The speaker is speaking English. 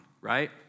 right